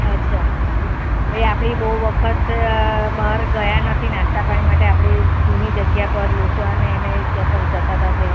અચ્છા એ આપણી બહુ વખત બહાર ગયા નથી નાસ્તા પાણી માટે આપણી જૂની જગ્યા પર લોચો અને એને જ્યાં આપણે જતા હતા એ